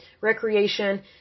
recreation